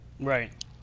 Right